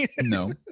No